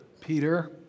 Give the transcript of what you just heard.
Peter